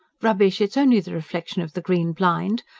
rubbish. it's only the reflection of the green blind.